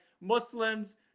Muslims